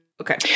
Okay